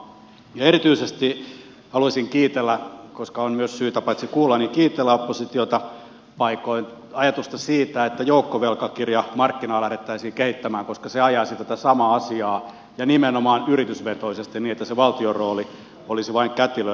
erityisesti haluaisin kiitellä koska on syytä paitsi kuulla myös kiitellä oppositiota paikoin ajatusta siitä että joukkovelkakirjamarkkinaa lähdettäisiin kehittämään koska se ajaisi tätä samaa asiaa ja nimenomaan yritysvetoisesti niin että se valtion rooli olisi vain kätilönä